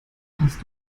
hast